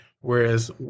whereas